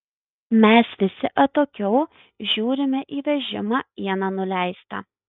mes visi atokiau žiūrime į vežimą iena nuleista